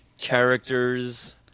characters